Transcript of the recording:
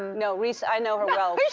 no, reese i know her well.